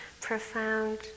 profound